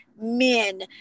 men